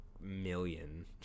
million